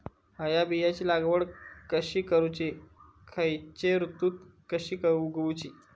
हया बियाची लागवड कशी करूची खैयच्य ऋतुत कशी उगउची?